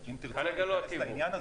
אם תרצו להיכנס לעניין הזה.